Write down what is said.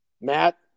Matt